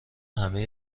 همه